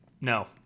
no